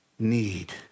Need